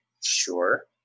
sure